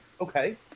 Okay